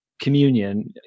communion